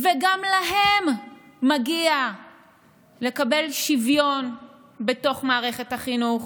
וגם להם מגיע לקבל שוויון בתוך מערכת החינוך